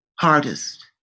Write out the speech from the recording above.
hardest